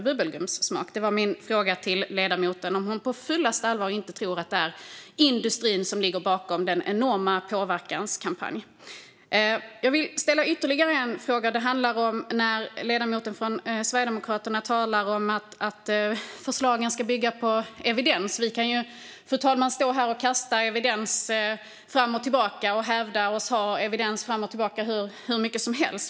Då var min fråga till ledamoten om hon på fullaste allvar inte tror att det är industrin som ligger bakom den enorma påverkanskampanjen. Jag vill ställa ytterligare en fråga. Det handlar om när ledamoten från Sverigedemokraterna talar om att förslagen ska bygga på evidens. Vi kan stå här och kasta evidens fram och tillbaka, fru talman, och hävda att vi har evidens hur mycket som helst.